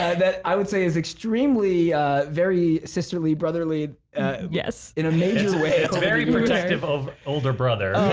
that i would say is extremely very sisterly brotherly yes, in a major way very protective of older brother